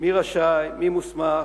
מי רשאי, מי מוסמך,